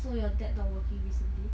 so your dad not working recently